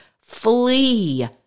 flee